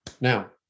now